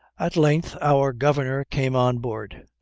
at length our governor came on board,